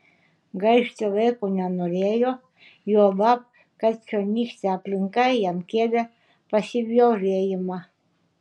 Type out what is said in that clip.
gaišti laiko nenorėjo juolab kad čionykštė aplinka jam kėlė pasibjaurėjimą